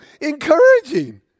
encouraging